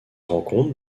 rencontre